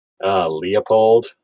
Leopold